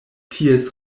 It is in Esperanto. ties